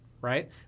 right